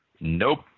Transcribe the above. nope